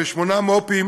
ושמונה מו"פים,